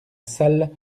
salle